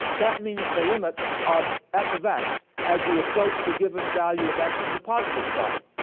that means the limit of f of x as you approach the given value of x from the positive side.